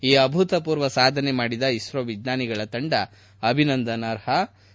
ಈ ಅಭೂತಪೂರ್ವ ಸಾಧನೆ ಮಾಡಿದ ಇಸ್ತೋ ವಿಜ್ವಾನಿಗಳ ತಂಡ ಅಭಿನಂದನಾರ್ಹರು